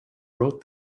wrote